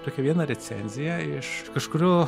tokią vieną recenziją iš kažkurio